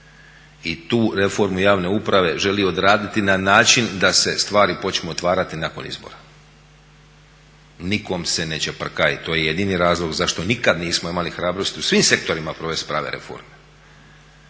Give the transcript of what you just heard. i tu reformu javne uprave želi odraditi na način da se stvari počnu otvarati nakon izbora. Nikom se ne čeprka i to je jedini razlog zašto nikad nismo imali hrabrosti u svim sektorima provesti prave reforme.